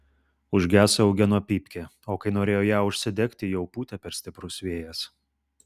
užgeso eugeno pypkė o kai norėjo ją užsidegti jau pūtė per stiprus vėjas